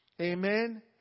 amen